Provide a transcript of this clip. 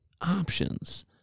options